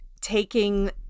taking